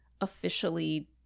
officially